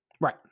Right